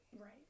Right